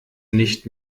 nicht